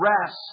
rest